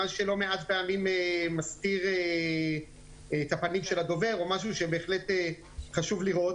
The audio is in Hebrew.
מה שלא מעט פעמים מסתיר את הפנים של הדובר או משהו שבהחלט חשוב לראות.